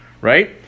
right